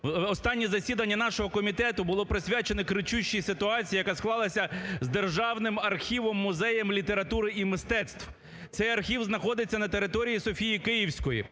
Останнє засідання нашого комітету було присвячено кричущій ситуації, яка склалась з Державним архівом-музеєм літератури і мистецтв. Цей архів знаходиться на території Софії Київської.